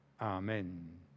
Amen